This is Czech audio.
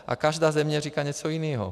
A každá země říká něco jiného.